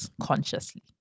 consciously